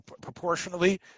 proportionally